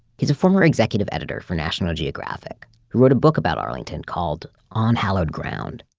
he's a former executive editor for national geographic, who wrote a book about arlington called on hallow ground.